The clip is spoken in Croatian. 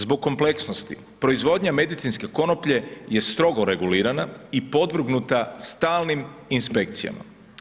Zbog kompleksnosti proizvodnja medicinske konoplje je strogo regulirana i podvrgnuta stalnim inspekcijama.